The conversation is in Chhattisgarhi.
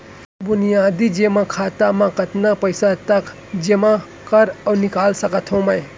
बुनियादी जेमा खाता म कतना पइसा तक जेमा कर अऊ निकाल सकत हो मैं?